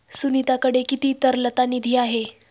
सुनीताकडे किती तरलता निधी आहे?